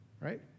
Right